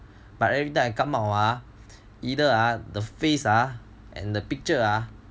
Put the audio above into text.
but everytime I come out ah either ah the face ah and the picture ah